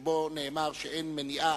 שבה נאמר שאין מניעה,